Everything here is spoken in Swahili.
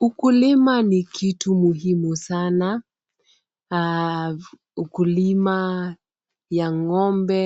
Ukulima ni kitu muhimu sana. Ukulima ya ng’ombe